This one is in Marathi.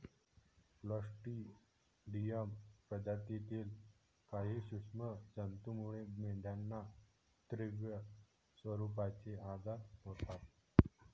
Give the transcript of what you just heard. क्लॉस्ट्रिडियम प्रजातीतील काही सूक्ष्म जंतूमुळे मेंढ्यांना तीव्र स्वरूपाचे आजार होतात